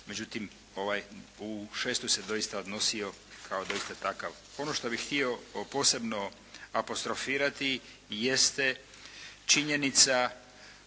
Međutim, ovaj, u šestoj se doista odnosio kao doista takav. Ono što bih htio o posebno apostrofirati jeste činjenica